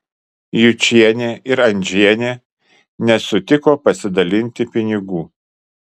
jučienė ir andžienė nesutiko pasidalinti pinigų